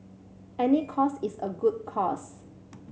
any cause is a good cause